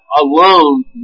alone